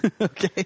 Okay